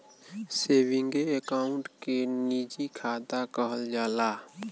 सेवींगे account के निजी खाता कहल जाला